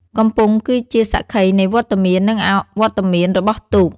កំពង់គឺជាសាក្សីនៃវត្តមាន និងអវត្តមានរបស់ទូក។